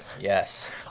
Yes